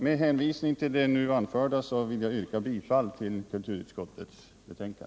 Med hänvisning till det nu anförda vill jag yrka bifall till kulturutskottets hemställan.